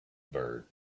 bird